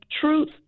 truth